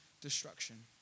destruction